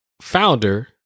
founder